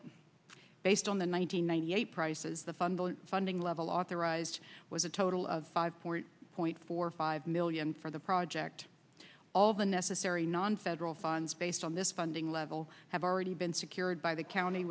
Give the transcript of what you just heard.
what based on the one hundred ninety eight prices the fund the funding level authorized was a total of five point point four five million for the project all the necessary nonfederal funds based on this funding level have already been secured by the county